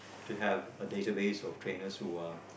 to have a database of trainers who are